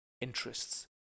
interests